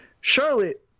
Charlotte